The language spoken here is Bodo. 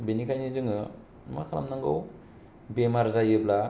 बेनिखायनो जोङो मा खालामनांगौ बेमार जायोब्ला